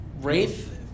Wraith